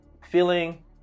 feeling